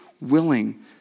willing